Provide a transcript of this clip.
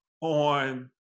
on